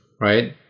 right